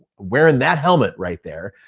wearing that helmet right there,